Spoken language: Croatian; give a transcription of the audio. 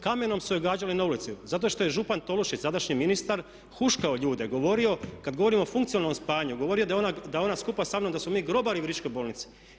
Kamenom su je gađali na ulici zato što je župan Tolušić sadašnji ministar huškao ljude, govorio, kada govorimo o funkcionalnom spajanju, govorio da ona skupa samnom da smo mi grobari Virovitičke bolnice.